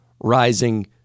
rising